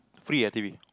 free ah T_V